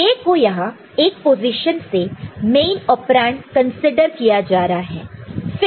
A को यहां एक पोजीशन से मेन ओपेरंड कंसीडर किया जा रहा है